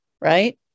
Right